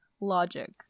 logic